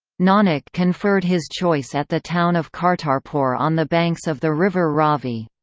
nanak conferred his choice at the town of kartarpur on the banks of the river ravi.